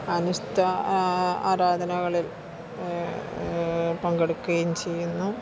അനുസ്ഥ ആരാധനകളിൽ പങ്കെടുക്കുകയും ചെയ്യുന്നു